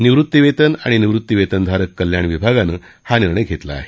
निवृत्तीवेतन आणि निवृत्तीवेतनधारक कल्याण विभागानं हा निर्णय घेतला आहे